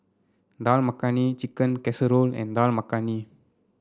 Dal Makhani Chicken Casserole and Dal Makhani